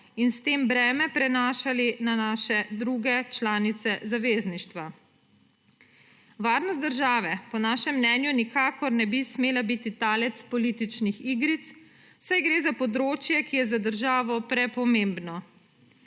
in s tem breme prenašali na naše druge članice zavezništva. Varnost države po našem mnenju nikakor ne bi smela biti talec političnih igric, saj gre za področje, ki je za državo prepomembno.